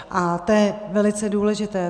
A to je velice důležité.